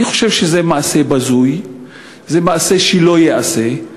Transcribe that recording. אני חושב שזה מעשה בזוי, זה מעשה שלא ייעשה.